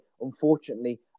unfortunately